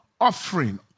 offering